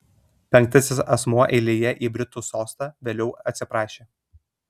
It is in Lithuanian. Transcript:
penktasis asmuo eilėje į britų sostą vėliau atsiprašė